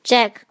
Jack